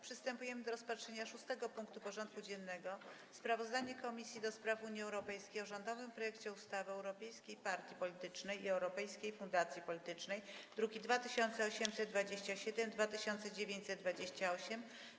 Przystępujemy do rozpatrzenia punktu 6. porządku dziennego: Sprawozdanie Komisji do Spraw Unii Europejskiej o rządowym projekcie ustawy o europejskiej partii politycznej i europejskiej fundacji politycznej (druki nr 2827 i 2928)